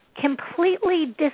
completely